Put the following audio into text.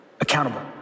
accountable